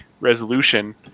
resolution